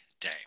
day